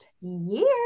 year